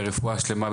רפואה שלמה,